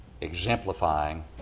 exemplifying